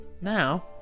Now